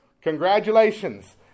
Congratulations